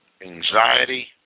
anxiety